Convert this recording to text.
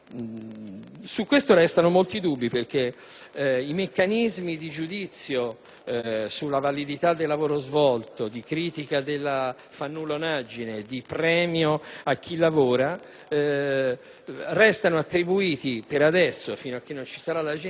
Su questo restano molti dubbi, perché i meccanismi di giudizio sulla validità del lavoro svolto, di critica della fannullonaggine e premio a chi lavora restano attribuiti, per adesso e fino a che non vi sarà l'agenzia,